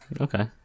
Okay